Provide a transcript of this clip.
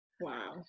Wow